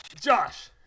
Josh